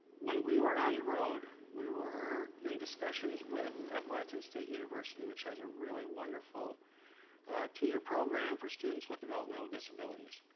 when we were on the road, we were in discussions with appalachian state university, which has a really wonderful two-year program for students with developmental disabilities.